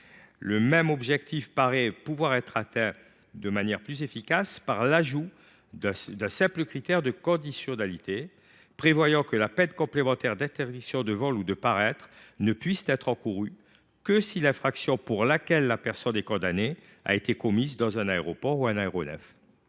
le même objectif paraît pouvoir être atteint de manière plus efficace par l’ajout d’un simple critère de conditionnalité, prévoyant que la peine complémentaire d’interdiction de vol ou de paraître ne puisse être encourue que si l’infraction pour laquelle la personne est condamnée a été commise dans un aéroport ou un aéronef.